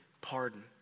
pardon